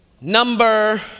Number